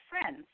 friends